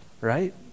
right